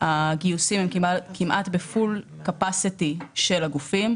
הגיוסים הם כמעט בפול קפסטי של הגופים.